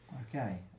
Okay